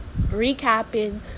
recapping